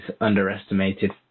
underestimated